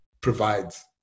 provides